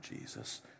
Jesus